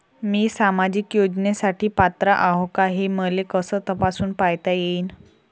मी सामाजिक योजनेसाठी पात्र आहो का, हे मले कस तपासून पायता येईन?